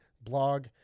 blog